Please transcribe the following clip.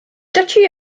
duchy